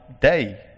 day